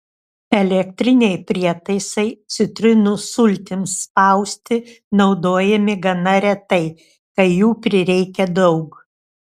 elektriniai prietaisai citrinų sultims spausti naudojami gana retai kai jų prireikia daug